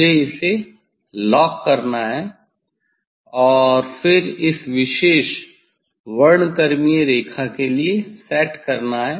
मुझे इसे लॉक करना है और फिर इस विशेष वर्णक्रमीय रेखा के लिए सेट करना है